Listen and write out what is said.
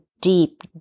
deep